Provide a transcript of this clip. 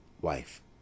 Wife